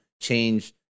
change